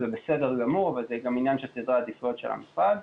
זה בסדר גמור וזה גם עניין של סדרי עדיפויות של המשרד.